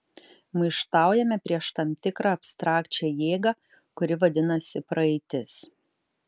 maištaujame prieš tam tikrą abstrakčią jėgą kuri vadinasi praeitis